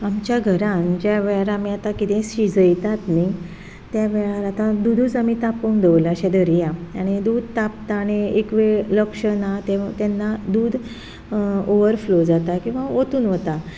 आमच्या घरांत ज्या वेळार आमी कितेंय शिजयतात न्हय त्या वेळार दुदूच आमी तापोवन दवरलां अशें दरया हें दूद तापता आनी एक वेळ लक्ष ना तेन्ना दूद ओवरफ्लो जाता किंवां ओतून वता